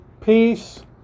peace